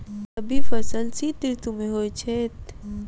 रबी फसल शीत ऋतु मे होए छैथ?